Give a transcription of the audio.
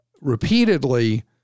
repeatedly